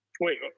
Wait